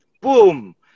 Boom